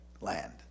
land